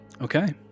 Okay